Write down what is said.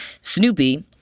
Snoopy